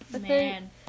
Man